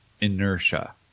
inertia